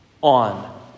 on